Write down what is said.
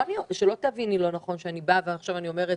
אל תביני לא נכון כאילו אני עכשיו אומרת